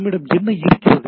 நம்மிடம் என்ன இருக்கிறது